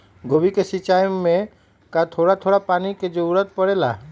गोभी के सिचाई में का थोड़ा थोड़ा पानी के जरूरत परे ला?